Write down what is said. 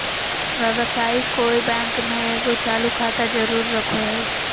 व्यवसायी कोय बैंक में एगो चालू खाता जरूर रखो हइ